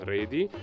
Ready